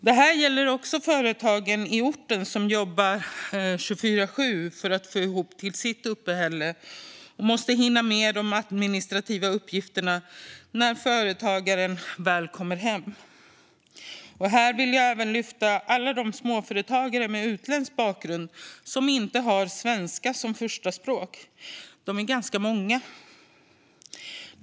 Det här gäller också företagaren i orten som jobbar 24/7 för att få ihop till sitt uppehälle och måste hinna med de administrativa uppgifterna när han eller hon väl kommer hem. Här vill jag även lyfta alla de småföretagare med utländsk bakgrund som inte har svenska som första språk. De är ganska många.